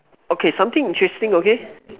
okay something interesting okay